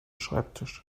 schreibtisch